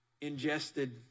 ingested